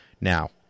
Now